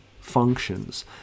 functions